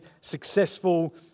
successful